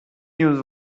use